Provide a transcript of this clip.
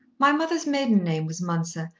my mother's maiden name was mounser,